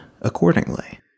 accordingly